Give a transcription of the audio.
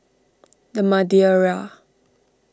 the Madeira